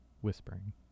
whispering